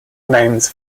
names